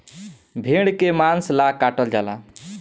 भेड़ के मांस ला काटल जाला